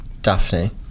Daphne